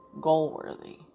goal-worthy